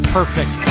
Perfect